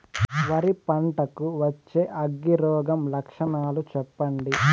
వరి పంట కు వచ్చే అగ్గి రోగం లక్షణాలు చెప్పండి?